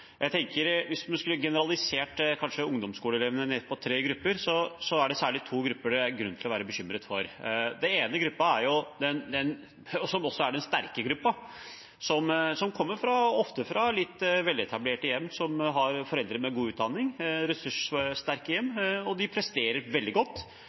Jeg tenker at hvis man skulle generalisert ungdomsskoleelevene ned til tre grupper, er det særlig to grupper det er grunn til å være bekymret for. Den ene gruppen, som også er den sterke gruppen, er de som ofte kommer fra litt veletablerte hjem, som har foreldre med god utdanning, ressurssterke hjem, og de presterer veldig godt.